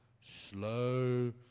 slow